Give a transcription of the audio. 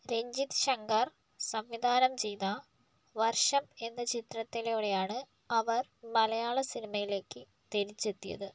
രഞ്ജിത്ത് ശങ്കർ സംവിധാനം ചെയ്ത വർഷം എന്ന ചിത്രത്തിലൂടെയാണ് അവർ മലയാള സിനിമയിലേക്ക് തിരിച്ചെത്തിയത്